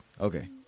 Okay